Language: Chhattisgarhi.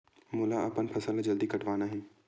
मोला अपन फसल ला जल्दी कटवाना हे?